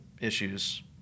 issues